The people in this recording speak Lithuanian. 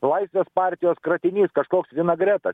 laisvės partijos kratinys kažkoks vinagretas